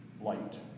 light